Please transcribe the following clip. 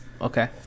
Okay